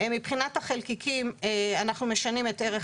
מבחינת החלקיקים אנחנו משנים את ערך